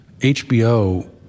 HBO